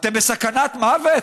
אתם בסכנת מוות?